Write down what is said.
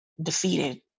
defeated